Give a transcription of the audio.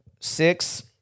six